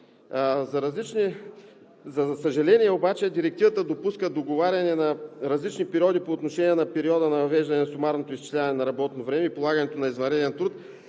За съжаление обаче, Директивата допуска договаряне на различни периоди по отношение на периода на въвеждане на сумарното изчисляване на работното време и полагането на извънреден труд,